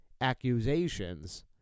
accusations